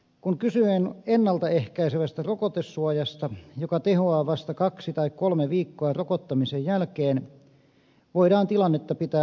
kun kysyin ennalta ehkäisevästä rokotesuojasta joka tehoaa vasta kaksi tai kolme viikkoa rokottamisen jälkeen voidaan tilannetta pitää huolestuttavana